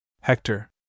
Hector